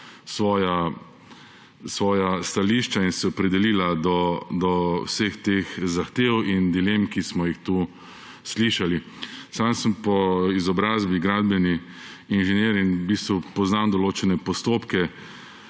svoja stališča in se opredelila do vseh teh zahtev in dilem, ki smo jih tu slišali. Sam sem po izobrazbi gradbeni inženir in v bistvu poznam določene postopke: